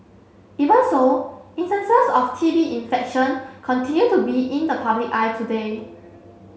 even so instances of T B infection continue to be in the public eye today